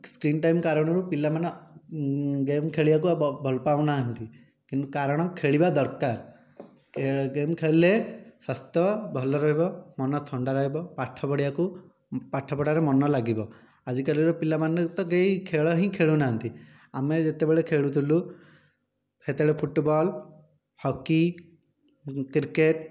screen time କାରଣରୁ ପିଲାମାନେ game ଖେଳିବାକୁ ଆଉ ଭଲ ପାଉନାହାଁନ୍ତି କିନ୍ତୁ କାରଣ ଖେଳିବା ଦରକାର ଗେମ୍ ଖେଳିଲେ ସ୍ୱାସ୍ଥ୍ୟ ଭଲ ରହିବ ମନ ଥଣ୍ଡା ରହିବ ପାଠ ପଢ଼ିବାକୁ ପାଠ ପଢ଼ାରେ ମନ ଲାଗିବ ଆଜିକାଲିର ପିଲାମାନେ ତ କେହି ଖେଳ ହିଁ ଖେଳୁନାହାଁନ୍ତି ଆମେ ଯେତେବେଳେ ଖେଳୁଥିଲୁ ସେତେବେଳେ ଫୁଟୁବଲ ହକି କ୍ରିକେଟ